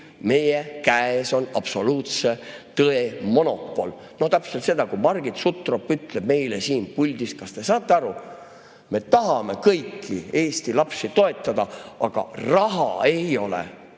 meie käes on absoluutse tõe monopol. No täpselt see, kui Margit Sutrop ütleb meile siin puldis: kas te saate aru, me tahame kõiki Eesti lapsi toetada, aga raha ei ole.